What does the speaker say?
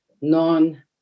non